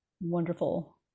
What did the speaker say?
wonderful